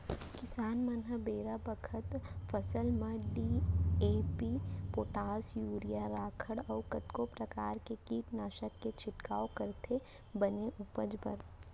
किसान मन ह बेरा बखत फसल म डी.ए.पी, पोटास, यूरिया, राखड़ अउ कतको परकार के कीटनासक के छिड़काव करथे बने उपज बर